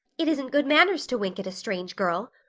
it isn't good manners to wink at a strange girl.